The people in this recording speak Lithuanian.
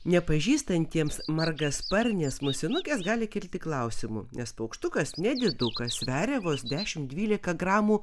nepažįstantiems margasparnės musinukės gali kilti klausimų nes paukštukas nedidukas sveria vos dešimt dvylika gramų